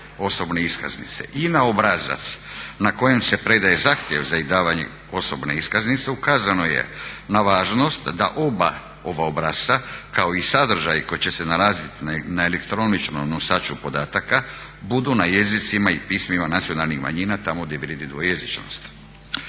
osobne iskaznice i na obrazac na kojem se predaje zahtjev za izdavanje osobne iskaznice ukazano je na važnost da oba ova obrasca, kao i sadržaj koji će se nalazit na elektroničkom nosaču podataka budu na jezicima i pismima nacionalnih manjina tamo gdje vrijedi dvojezičnost.